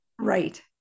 Right